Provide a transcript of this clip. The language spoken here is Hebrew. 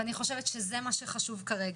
אני חושבת שזה מה שחשוב כרגע.